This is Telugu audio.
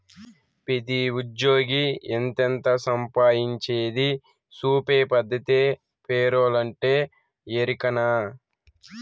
పెతీ ఉజ్జ్యోగి ఎంతెంత సంపాయించేది సూపే పద్దతే పేరోలంటే, ఎరికనా